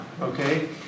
Okay